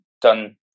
done